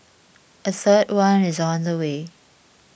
a third one is on the way